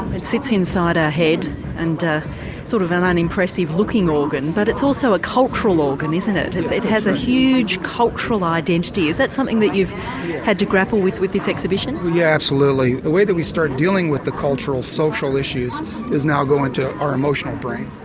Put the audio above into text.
it sits inside our head and sort of an unimpressive looking organ but it's also a cultural organ isn't it, it has a huge cultural identity. is that something that you had to grapple with with this exhibition? absolutely. the way that we start dealing with the cultural social issues is now going to our emotional brain.